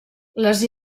les